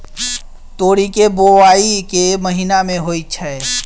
तोरी केँ बोवाई केँ महीना मे होइ छैय?